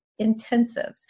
intensives